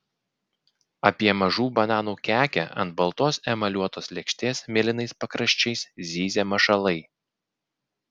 apie mažų bananų kekę ant baltos emaliuotos lėkštės mėlynais pakraščiais zyzia mašalai